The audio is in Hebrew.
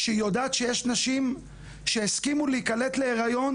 כשהיא יודעת שיש נשים שהסכימו להיכנס להיריון